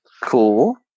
Cool